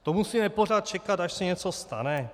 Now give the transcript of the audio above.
To musíme pořád čekat, až se něco stane?